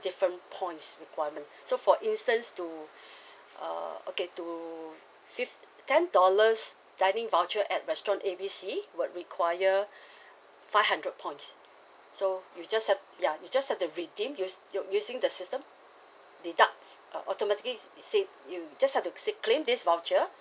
different points requirement so for instance to uh okay to fifth ten dollars dining voucher at restaurant A B C would require five hundred points so you just have ya you just have to redeem u~ using the system deduct uh automatically it say you you just to still claim this voucher